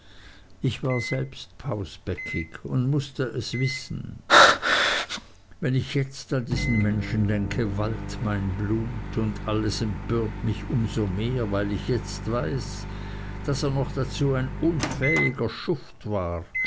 ich war selbst pausbäckig und muß es wissen wenn ich jetzt an diesen menschen denke wallt mein blut und alles empört mich um so mehr weil ich jetzt weiß daß er noch dazu ein unfähiger schuft war